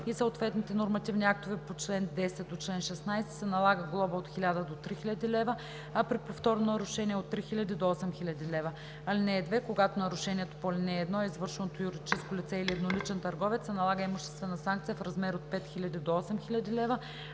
и съответните нормативни актове по чл. 10 – 16 се налага глоба от 1000 до 3000 лв., а при повторно нарушение от 3000 до 8000 лв.; (2) Когато нарушението по ал. 1 е извършено от юридическо лице или едноличен търговец, се налага имуществена санкция в размер от 5000 до 8000 лв.,